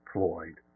Floyd